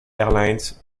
airlines